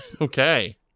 Okay